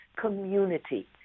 community